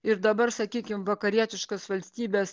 ir dabar sakykim vakarietiškas valstybes